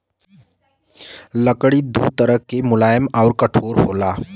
लकड़ी दू तरह के मुलायम आउर कठोर होला